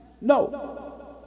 No